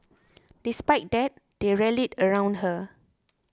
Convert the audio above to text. despite that they rallied around her